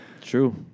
True